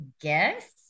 guess